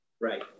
Right